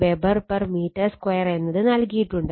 4 Wb m2 എന്നത് നൽകിയിട്ടുണ്ട്